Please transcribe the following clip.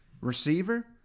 receiver